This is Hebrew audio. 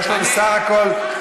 יש לו סך הכול,